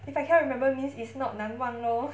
if I cannot remember means it's not 难忘 lor